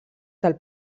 del